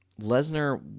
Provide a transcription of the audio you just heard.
Lesnar